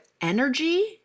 energy